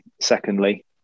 secondly